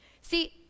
See